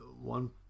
one